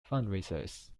fundraisers